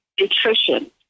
nutrition